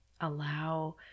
allow